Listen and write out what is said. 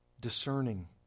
discerning